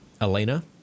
Elena